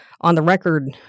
on-the-record